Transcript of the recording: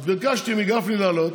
אז ביקשתי מגפני להעלות.